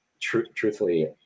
truthfully